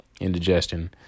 indigestion